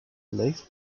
lake